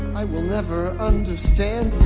i will never understand